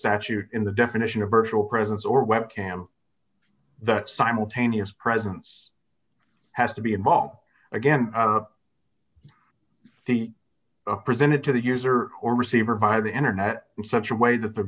statute in the definition of virtual presence or webcam that simultaneous presents has to be involved again to be presented to the user or receiver via the internet in such a way that the